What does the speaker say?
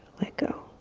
let go.